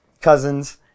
cousins